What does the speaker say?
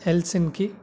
Helsinki